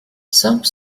some